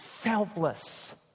selfless